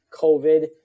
COVID